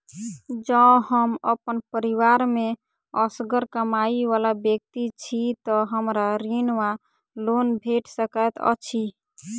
जँ हम अप्पन परिवार मे असगर कमाई वला व्यक्ति छी तऽ हमरा ऋण वा लोन भेट सकैत अछि?